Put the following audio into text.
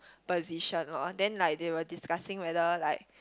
position lor then like they were discussing whether like